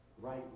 right